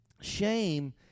shame